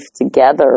together